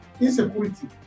insecurity